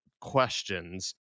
questions